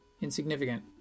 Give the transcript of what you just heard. insignificant